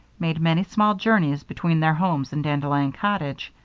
made many small journeys between their homes and dandelion cottage.